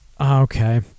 Okay